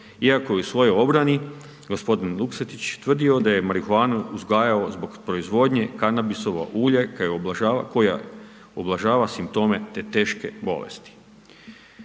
iako je u svojoj obrani, gospodin Luksetić tvrdio da je marihuanu uzgajao zbog proizvodnje kanabisova ulja, koja ublažava simptome te teške bolesti.